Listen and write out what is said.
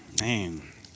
Man